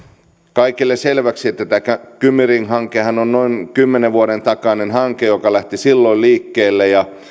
kaikille selväksi että tämä kymi ring hankehan on noin kymmenen vuoden takainen hanke joka lähti silloin liikkeelle ja